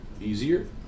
easier